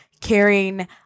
caring